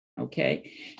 Okay